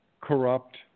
corrupt